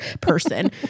person